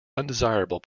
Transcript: undesirable